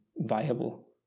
viable